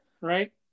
right